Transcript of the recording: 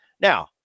Now